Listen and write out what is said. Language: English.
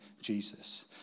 Jesus